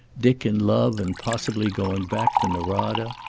dick in love and possibly going back to norada.